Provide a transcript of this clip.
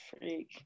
Freak